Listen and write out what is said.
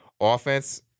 Offense